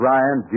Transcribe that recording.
Ryan